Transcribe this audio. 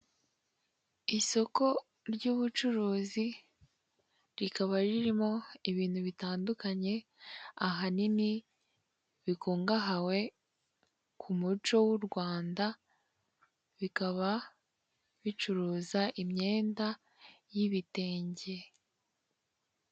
Isoko ry'ubucuruzi rikaba ririmo ibintu bitandukanye ahanini bikungawe ku muco w'u Rwanda, rikaba ricuruza imyenda y'ibitenge.